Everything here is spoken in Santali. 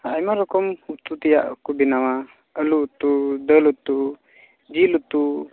ᱟᱭᱢᱟ ᱨᱚᱠᱚᱢ ᱩᱛᱩ ᱛᱮᱭᱟᱜ ᱠᱚ ᱵᱮᱱᱟᱣᱟ ᱟᱹᱞᱩ ᱩᱛᱩ ᱫᱟᱹᱞ ᱩᱛᱩ ᱡᱤᱞ ᱩᱛᱩ